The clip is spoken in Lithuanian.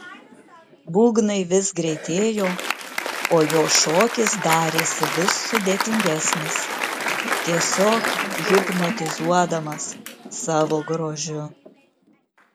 būgnai vis greitėjo o jo šokis darėsi vis sudėtingesnis tiesiog hipnotizuodamas savo grožiu